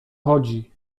chodzi